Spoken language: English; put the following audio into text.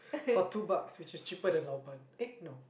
for two bucks which is cheaper than lao ban eh no